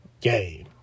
game